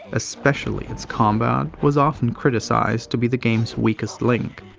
especially its combat was often criticized to be the game's weakest link.